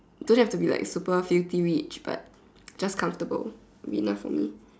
don't have to be like super filthy rich but just comfortable would be enough for me